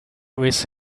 with